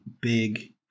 big